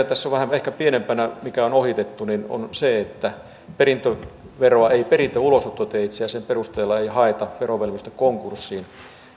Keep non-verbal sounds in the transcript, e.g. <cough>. <unintelligible> tässä on ehkä vielä pienempänä toinen asia mikä on ohitettu se on se että perintöveroa ei peritä ulosottoteitse ja sen perusteella ei haeta verovelvollista konkurssiin